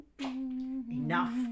Enough